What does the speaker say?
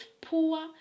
poor